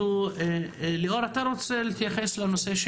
ליאור, אתה רוצה להתייחס לנושא?